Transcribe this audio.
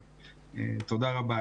תודה רבה.